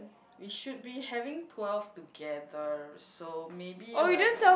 we should be having twelve together so maybe like